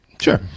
sure